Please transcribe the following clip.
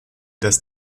dass